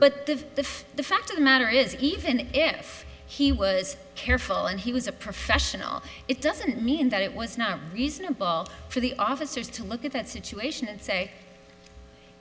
the the fact of the matter is even if he was careful and he was a professional it doesn't mean that it was not reasonable for the officers to look at that situation and say